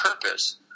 purpose